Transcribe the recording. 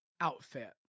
outfit